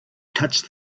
touched